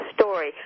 story